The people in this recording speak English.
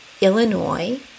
Illinois